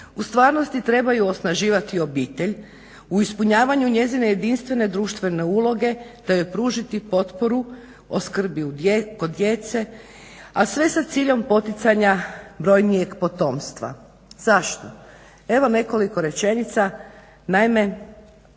u stvarnosti trebaju osnaživati obitelj u ispunjavaju njezine jedinstvene društvene uloge te joj prućiti potporu o skrbi o djeci. Zašto? Evo nekoliko rečenica, naime